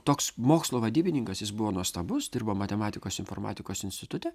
toks mokslo vadybininkas jis buvo nuostabus dirbo matematikos informatikos institute